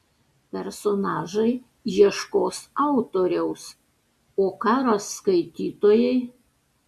personažai ieškos autoriaus o ką ras skaitytojai